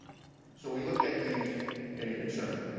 so we look at things and concern.